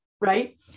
Right